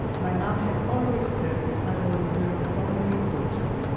my mom had always said i was her only daughter